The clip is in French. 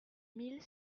mille